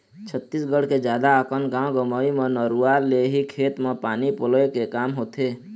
छत्तीसगढ़ के जादा अकन गाँव गंवई म नरूवा ले ही खेत म पानी पलोय के काम होथे